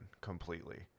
completely